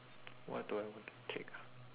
what do I want to take ah